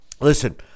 Listen